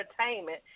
entertainment